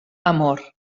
amor